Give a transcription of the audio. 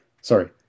Sorry